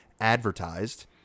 advertised